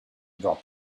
dropped